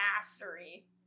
mastery